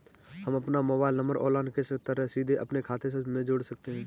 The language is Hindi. हम अपना मोबाइल नंबर ऑनलाइन किस तरह सीधे अपने खाते में जोड़ सकते हैं?